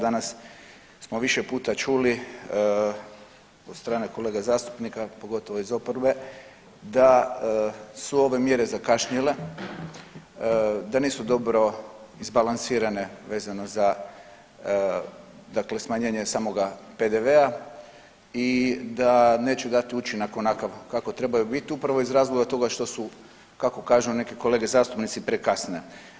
Danas smo više puta čuli od strane kolega zastupnika pogotovo iz oporbe da su ove mjere zakašnjele, da nisu dobro izbalansirane vezano za dakle smanjenje samoga PDV-a i da neće dati učinak onakav kako trebaju biti upravo iz razloga toga što su kako kažu neke kolege zastupnici prekasne.